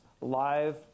live